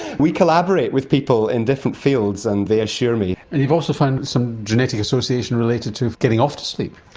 we collaborate with people in different fields, and they assure me. and you've also found some genetic association related to getting off to sleep.